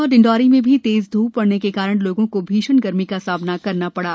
गुना और डिंडोरी में भी तेज ध्यप पड़ने के कारण लोगों को भीषण गर्मी का सामना करना पड़ा